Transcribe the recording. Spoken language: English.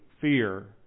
fear